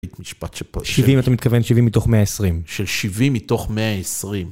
70, אתה מתכוון 70 מתוך 120? של 70 מתוך 120.